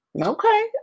Okay